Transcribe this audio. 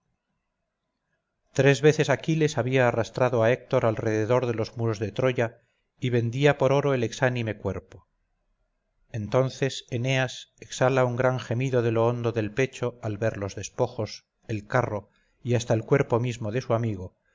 tres veces aquiles había arrastrado a héctor alrededor de los muros de troya y vendía por oro el exánime cuerpo entonces eneas exhala un gran gemido de lo hondo del pecho al ver los despojos el carro y hasta el cuerpo mismo de su amigo